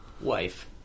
Wife